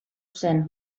zen